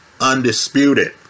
undisputed